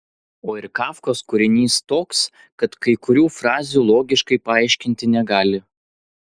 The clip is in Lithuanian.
o ir kafkos kūrinys toks kad kai kurių frazių logiškai paaiškinti negali